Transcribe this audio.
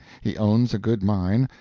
he owns a good mine,